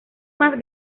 más